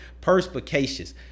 perspicacious